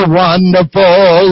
wonderful